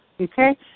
Okay